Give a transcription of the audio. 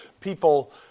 people